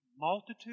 multitude